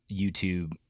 YouTube